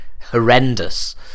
horrendous